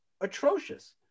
atrocious